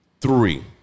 Three